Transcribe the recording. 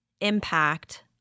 impact